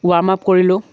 warm up কৰিলোঁ